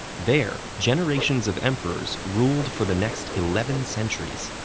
there, generations of emperors ruled for the next eleven centuries.